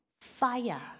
fire